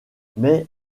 mais